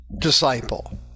disciple